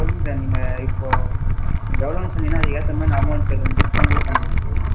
சொல்லுங்கள் சார் நீங்கள் இப்போது நீங்கள் எவ்வளோன்னு சொன்னீங்கன்னால் அதுக்கேற்ற மாதிரி நான் அமௌண்ட் சொல்லுவேன் டிஸ்கௌண்ட் கூட பண்ணிக்கலாம் சார்